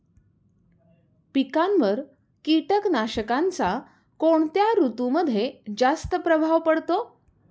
पिकांवर कीटकनाशकांचा कोणत्या ऋतूमध्ये जास्त प्रभाव पडतो?